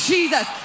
Jesus